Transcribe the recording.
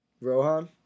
Rohan